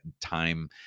time